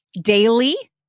daily